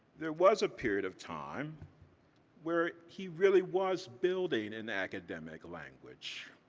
there was a period of time where he really was building an academic language,